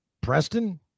Preston